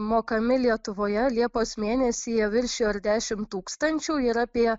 mokami lietuvoje liepos mėnesį jie viršija ir dešimt tūkstančių ir apie